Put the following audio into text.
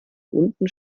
unten